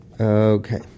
Okay